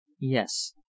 yes